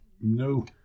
No